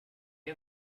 you